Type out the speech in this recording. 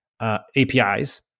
APIs